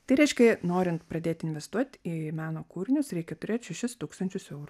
tai reiškia norint pradėt investuot į meno kūrinius reikia turėt šešis tūkstančius eurų